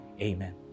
Amen